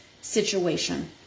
situation